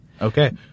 Okay